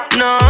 no